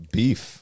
beef